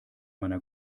meiner